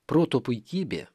proto puikybė